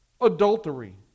adultery